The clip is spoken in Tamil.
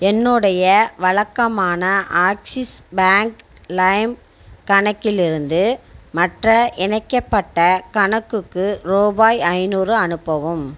என்னுடைய வழக்கமான ஆக்ஸிஸ் பேங்க் லைம் கணக்கிலிருந்து மற்ற இணைக்கப்பட்ட கணக்குக்கு ரூபாய் ஐநூறு அனுப்பவும்